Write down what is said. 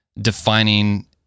defining